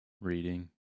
Reading